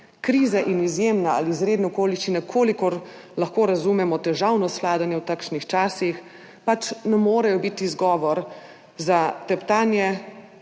Krize in izjemne ali izredne okoliščine, kolikor lahko razumemo težavnost vladanja v takšnih časih, pač ne morejo biti izgovor za teptanje